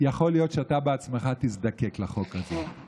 יכול להיות שאתה בעצמך תזדקק לחוק הזה.